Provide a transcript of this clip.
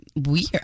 weird